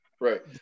right